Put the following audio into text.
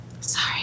sorry